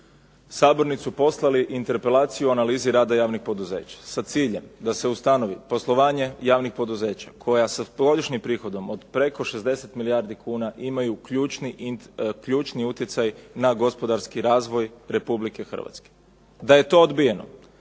sabornicu poslali interpelaciju o analizi rada javnih poduzeća sa ciljem da se ustanovi poslovanje javnih poduzeća koja sa .../Govornik se ne razumije./... prihodom od preko 60 milijardi kuna imaju ključni utjecaj na gospodarski razvoj Republike Hrvatske, da je to odbijeno.